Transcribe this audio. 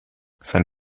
sein